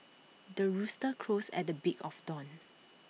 the rooster crows at the break of dawn